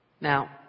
Now